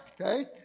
okay